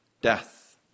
death